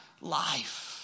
life